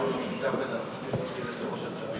אני חושב שראוי להזכיר את אהוד ברק שיושב פה.